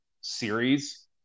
series